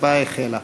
ההצבעה החלה.